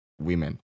Women